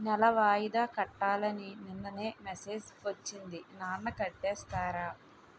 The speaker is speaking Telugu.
నెల వాయిదా కట్టాలని నిన్ననే మెసేజ్ ఒచ్చింది నాన్న కట్టేసారా?